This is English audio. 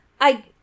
I-